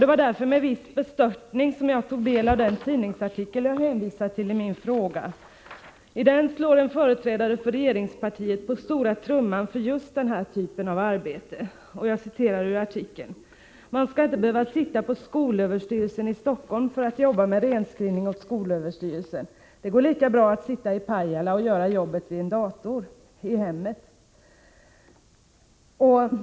Det var därför med viss bestörtning som jag tog del av den tidningsartikel jag hänvisar till i min fråga. I den slår en företrädare för regeringspartiet på stora trumman för just hemarbete vid dataterminaler. I artikeln sägs bl.a.: Man skall inte behöva sitta på skolöverstyrelsen i Stockholm för att jobba med renskrivning åt skolöverstyrelsen. Det går lika bra att sitta i Pajala och göra jobbet vid en dator i hemmet.